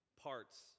parts